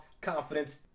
confidence